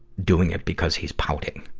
doing it because he's pouting.